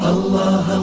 Allah